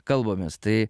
kalbamės tai